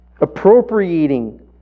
Appropriating